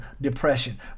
depression